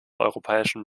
europäischen